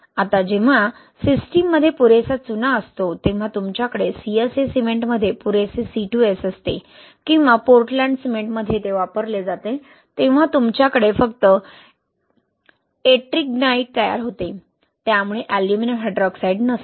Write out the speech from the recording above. आता जेव्हा सिस्टीममध्ये पुरेसा चुना असतो जेव्हा तुमच्याकडे CSA सिमेंटमध्ये पुरेसे C2S असते किंवा पोर्टलँड सिमेंटमध्ये ते वापरले जाते तेव्हा तुमच्याकडे फक्त Ettringite तयार होते त्यामुळे अॅल्युमिनियम हायड्रॉक्साइड नसते